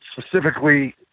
Specifically